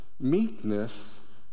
Meekness